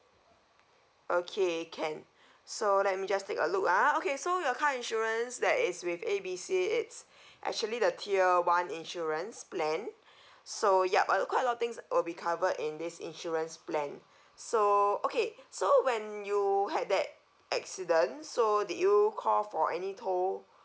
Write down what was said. okay can so let me just take a look ah okay so your car insurance that is with A B C it's actually the tier one insurance plan so yup a quite lot things will be covered in this insurance plan so okay so when you had that accident so did you call for any tow